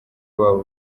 babo